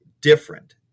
different